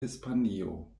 hispanio